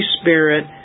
Spirit